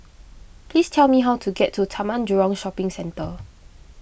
please tell me how to get to Taman Jurong Shopping Centre